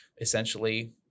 essentially